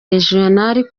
regional